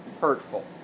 hurtful